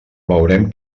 veurem